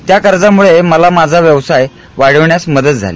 त्यामुळे मला माझा व्यवसाय वाढवण्यास मदत झाली